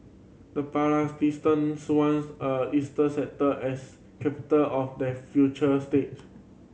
the Palestinians want a eastern sector as capital of their future state